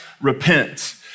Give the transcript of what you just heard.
repent